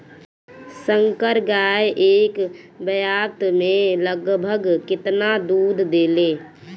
संकर गाय एक ब्यात में लगभग केतना दूध देले?